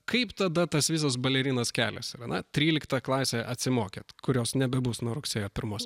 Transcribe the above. kaip tada tas visas balerinos kelias yra na tryliktą klasę atsimokėt kurios nebebus nuo rugsėjo pirmos